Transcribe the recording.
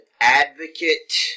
advocate